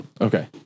Okay